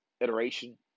iteration